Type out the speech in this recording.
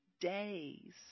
days